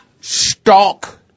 stalk